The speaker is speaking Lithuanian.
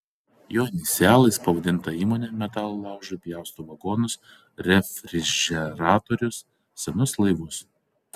jo inicialais pavadinta įmonė metalo laužui pjausto vagonus refrižeratorius senus laivus